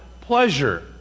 pleasure